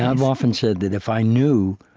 i've often said that if i knew,